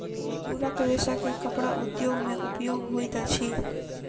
तूरक रेशा के कपड़ा उद्योग में उपयोग होइत अछि